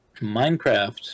Minecraft